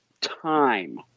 time